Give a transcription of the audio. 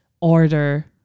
Order